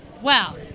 wow